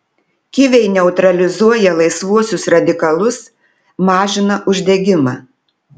kiviai neutralizuoja laisvuosius radikalus mažina uždegimą